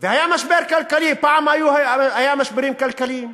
והיה משבר כלכלי, פעם היו משברים כלכליים.